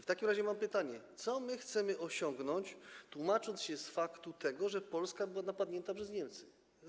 W takim razie mam pytanie: Co chcemy osiągnąć, tłumacząc się z faktu, że Polska była napadnięta przez Niemcy?